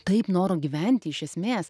taip noro gyventi iš esmės